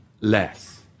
less